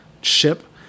ship